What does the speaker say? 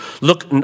look